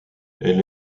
elle